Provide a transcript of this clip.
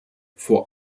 vor